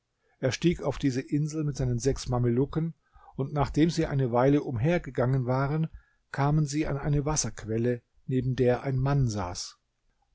er stieg auf diese insel mit seinen sechs mamelucken und nachdem sie eine weile umhergegangen waren kamen sie an eine wasserquelle neben der ein mann saß